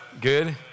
Good